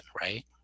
right